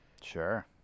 sure